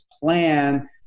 plan